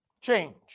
change